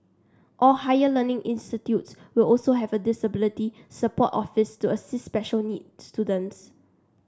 all higher learning institutes will also have a disability support office to assist special needs students